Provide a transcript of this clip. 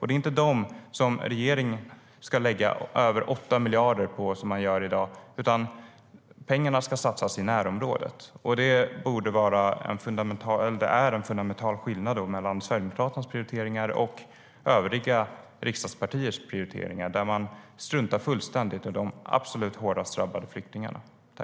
Det är inte dem som regeringen ska lägga över 8 miljarder på, vilket sker i dag, utan pengarna ska satsas i närområdet.